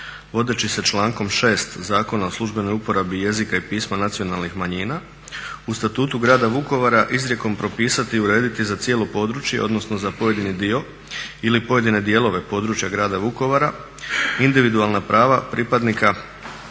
vodeći se člankom 6. Zakona o službenoj uporabi jezika i pisma nacionalnih manjina u Statutu grada Vukovara izrijekom propisati i urediti za cijelo područje odnosno za pojedini dio ili pojedine dijelove područja grada Vukovara, individualna prava pripadnika